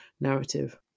narrative